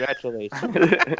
Congratulations